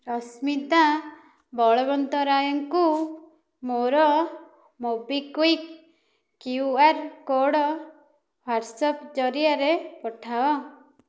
ରଶ୍ମିତା ବଳବନ୍ତରାୟଙ୍କୁ ମୋର MobiKwik Q R code WhatsApp ଜରିଆରେ ପଠାଅ